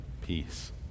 peace